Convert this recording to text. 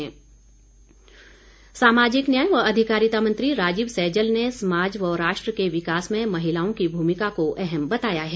सैजल सामाजिक न्याय व अधिकारिता मंत्री राजीव सैजल ने समाज व राष्ट्र के विकास में महिलाओं की भूमिका को अहम बताया है